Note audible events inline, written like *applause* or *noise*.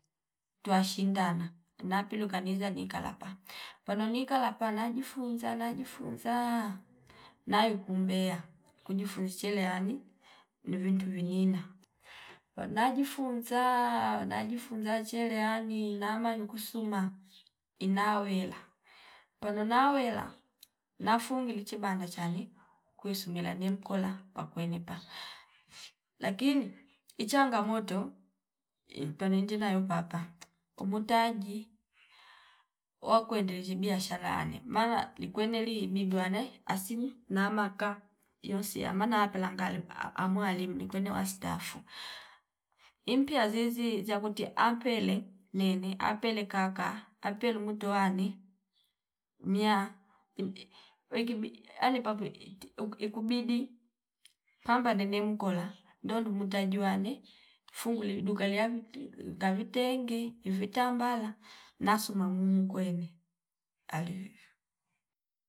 Twashindana napilu kaniza nikalapa pano nika lapa najifunza najifunzaa nayu kumbeya kujifunzi cherehani ndo vintu vinina pano najifunzaa najifunza cherehani inama nikusuna inawela palo nawela nafu ilichibanda chani kuisu mil ni mkola kwa kweinipa lakini ichangamoto ipanindina yo papa kubu taji wakwe ndezeshi biashara anem mala ni kweneli nibwane asim namaka iyonsi yamana apela ngalib *hesitation* amwalibu ni pene wastaafu. Impia azizi zakuti ampele ni- ni apele kakaa apelu nguto wani nia *hesitation* ali pape ikubidi pamba ndeni mkola ndonu mutaju wane funguli dukaliavi *hesitation* tavi tenge ivatambala nasuma mummu kwene ali vivyo